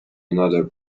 another